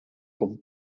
con